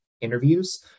interviews